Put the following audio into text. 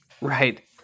Right